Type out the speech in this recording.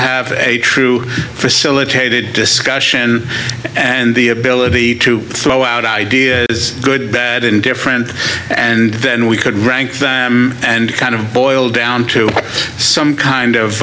have a true facilitated discussion and the ability to throw out ideas good bad and different and then we could rank them and kind of boil down to some kind of